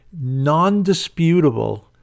non-disputable